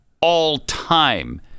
all-time